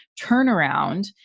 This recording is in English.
turnaround